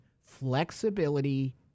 flexibility